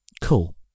Cool